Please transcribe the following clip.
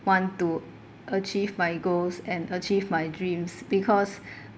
want to achieve my goals and achieve my dreams because